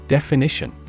Definition